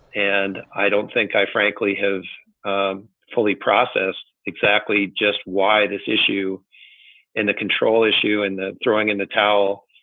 and i don't think i frankly have um fully processed exactly just why this issue and the control issue and the throwing in the towel.